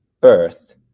birth